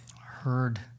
heard